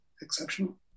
exceptional